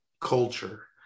culture